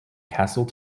castle